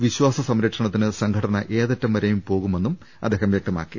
വിശ്വാസ സംരക്ഷണത്തിന് സംഘടന ഏതറ്റും വരെയും പോകുമെന്നും അദ്ദേഹം വൃക്തമാക്കി